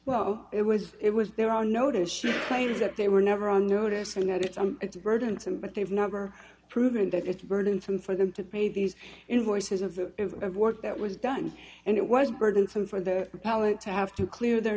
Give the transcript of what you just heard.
well it was it was there are notice she claims that they were never on notice and that it's on it's burdensome but they've never proven that it's burdensome for them to pay these invoices of the work that was done and it was burdensome for the repellant to have to clear their